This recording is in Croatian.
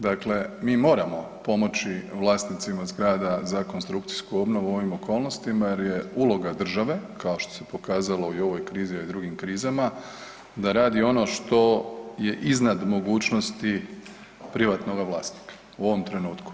Dakle, mi moramo pomoći vlasnicima zgrada za konstrukcijsku obnovu u ovim okolnostima jer je uloga države kao što se pokazalo i u ovoj krizi, a i u drugim krizama da radi ono je iznad mogućnosti privatnoga vlasnika u ovom trenutku.